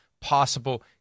possible